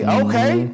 okay